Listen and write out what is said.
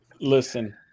Listen